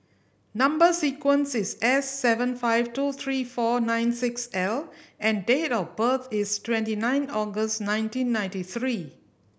number sequence is S seven five two three four nine six L and date of birth is twenty nine August nineteen ninety three